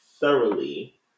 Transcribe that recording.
thoroughly